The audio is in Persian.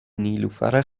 نیلوفر